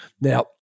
now